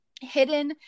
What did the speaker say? hidden